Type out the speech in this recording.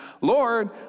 Lord